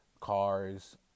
cars